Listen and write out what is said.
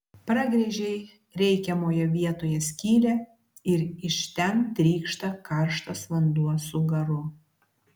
pragręžei reikiamoje vietoje skylę ir iš ten trykšta karštas vanduo su garu